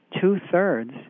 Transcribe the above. two-thirds